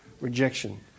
rejection